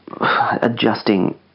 adjusting